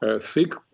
thick